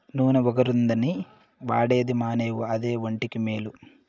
నూన ఒగరుగుందని వాడేది మానేవు అదే ఒంటికి మేలు